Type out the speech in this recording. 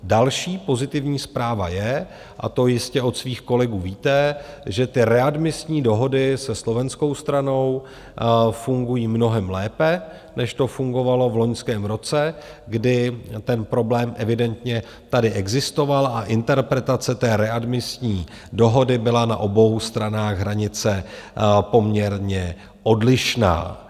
Další pozitivní zpráva je, a to jistě od svých kolegů víte, že readmisní dohody se slovenskou stranou fungují mnohem lépe, než to fungovalo v loňském roce, kdy problém evidentně tady existoval a interpretace readmisní dohody byla na obou stranách hranice poměrně odlišná.